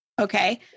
Okay